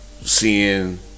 seeing